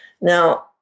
Now